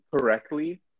correctly